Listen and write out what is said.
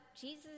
Jesus